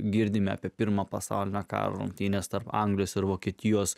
girdime apie pirmo pasaulinio karo rungtynes tarp anglijos ir vokietijos